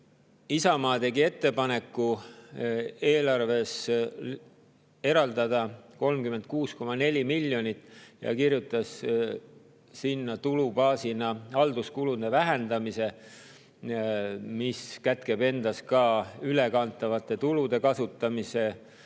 Isamaa tegi ettepaneku eelarves eraldada 36,4 miljonit ja kirjutas sinna tulubaasina halduskulude vähendamise, mis kätkeb endas ka ülekantavate tulude kasutamist,